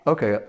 Okay